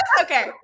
okay